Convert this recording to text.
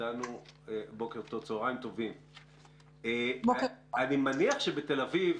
אני מניח שבתל אביב,